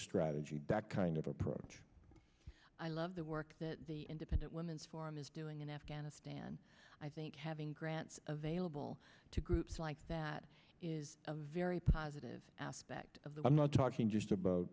strategy that kind of approach i love the work that the independent women's forum is doing in afghanistan i think having grants available to groups like that is a very positive aspect of that i'm not talking just abo